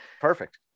Perfect